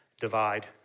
divide